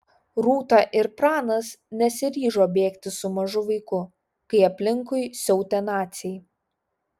rūta ir pranas nesiryžo bėgti su mažu vaiku kai aplinkui siautė naciai